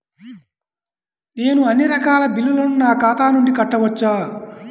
నేను అన్నీ రకాల బిల్లులను నా ఖాతా నుండి కట్టవచ్చా?